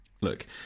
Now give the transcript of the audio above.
Look